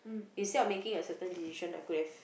instead of making a certain decision I could have